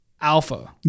alpha